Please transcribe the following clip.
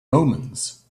omens